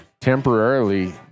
temporarily